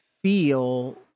feel